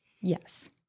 Yes